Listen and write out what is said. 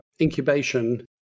incubation